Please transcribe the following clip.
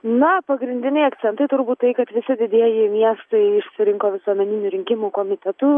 na pagrindiniai akcentai turbūt tai kad visi didieji miestai išsirinko visuomeninių rinkimų komitetų